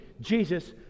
Jesus